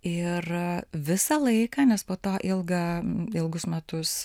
ir visą laiką nes po to ilgą ilgus metus